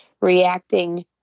reacting